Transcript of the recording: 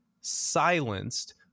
silenced